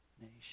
nation